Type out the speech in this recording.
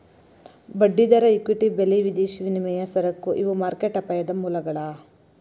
ಬಡ್ಡಿದರ ಇಕ್ವಿಟಿ ಬೆಲಿ ವಿದೇಶಿ ವಿನಿಮಯ ಸರಕು ಇವು ಮಾರ್ಕೆಟ್ ಅಪಾಯದ ಮೂಲಗಳ